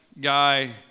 guy